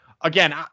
again